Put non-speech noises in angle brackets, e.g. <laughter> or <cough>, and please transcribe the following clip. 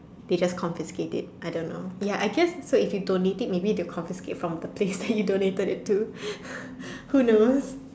they just confiscate it I don't know ya I guess so if you donate it maybe they'll confiscate from the place that you donated it to <laughs> who knows